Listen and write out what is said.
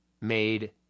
made